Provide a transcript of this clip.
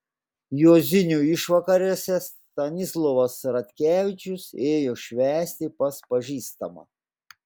juozinių išvakarėse stanislovas ratkevičius ėjo švęsti pas pažįstamą